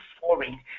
foreign